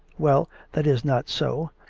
well, that is not so,